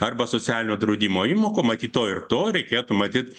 arba socialinio draudimo įmokų matyt to ir to reikėtų matyt